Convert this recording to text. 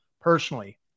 personally